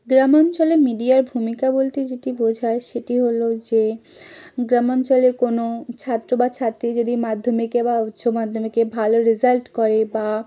গ্রামাঞ্চলে মিডিয়ার ভূমিকা বলতে যেটি বোঝায় সেটি হল যে গ্রামাঞ্চলে কোনো ছাত্র বা ছাত্রী যদি মাধ্যমিকে বা উচ্চ মাধ্যমিকে ভালো রেজাল্ট করে বা